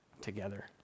together